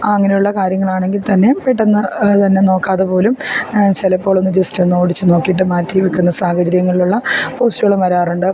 അങ്ങനെയുള്ള കാര്യങ്ങളാണെങ്കിൽ തന്നെ പെട്ടെന്ന് തന്നെ നോക്കാതെ പോലും ചിലപ്പോഴൊന്ന് ജസ്റ്റ് ഒന്ന് ഓടിച്ചു നോക്കിയിട്ടു മാറ്റി വെക്കുന്ന സാഹചര്യങ്ങളിലുള്ള പോസ്റ്റുകളും വരാറുണ്ട്